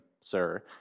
sir